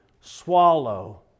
swallow